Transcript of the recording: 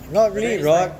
but then it's like